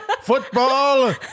football